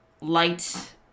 light